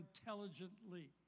intelligently